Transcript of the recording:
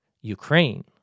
Ukraine